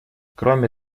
кроме